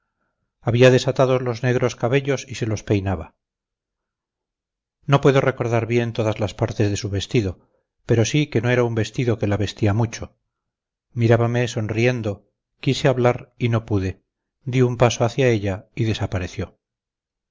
había desatado los negros cabellos y se los peinaba no puedo recordar bien todas las partes de su vestido pero sí que no era un vestido que la vestía mucho mirábame sonriendo quise hablar y no pude di un paso hacia ella y desapareció